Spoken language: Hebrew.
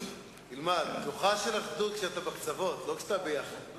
ויוצאי עדות המזרח תהיה על הנושא הזה.